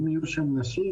אם יהיו שם נשים,